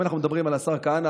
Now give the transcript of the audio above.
אם אנחנו מדברים על השר כהנא,